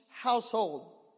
household